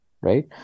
Right